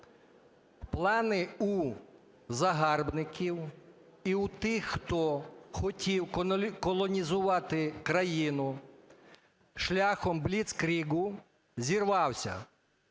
Плани у загарбників і у тих, хто хотів колонізувати країну шляхом бліцкригу, зірвався.